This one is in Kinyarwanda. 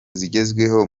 zigezweho